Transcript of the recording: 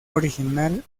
original